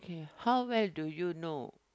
how well do you know